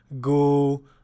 go